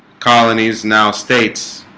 colonies now states